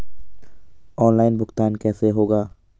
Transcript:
Online भुगतान कैसे होगा?